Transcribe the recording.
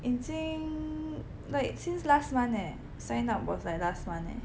已经 like since last month leh sign up was like last [one] leh